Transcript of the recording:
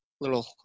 little